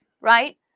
right